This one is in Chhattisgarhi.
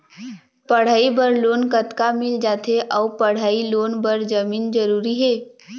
पढ़ई बर लोन कतका मिल जाथे अऊ पढ़ई लोन बर जमीन जरूरी हे?